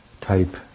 type